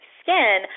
skin –